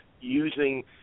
using